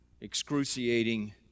excruciating